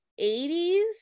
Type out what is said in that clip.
80s